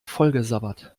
vollgesabbert